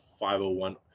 501